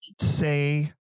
say